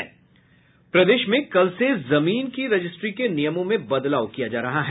प्रदेश में कल से जमीन रजिस्ट्री के नियमों में बदलाव किया जा रहा है